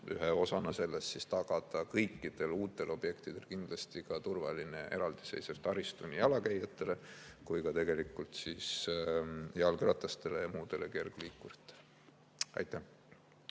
ühe osana sellest tagada kõikidel uutel objektidel kindlasti ka turvaline eraldiseisev taristu nii jalakäijatele kui ka jalgratastele ja muudele kergliikuritele.